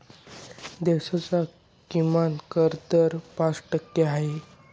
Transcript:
देशाचा किमान कर दर पाच टक्के आहे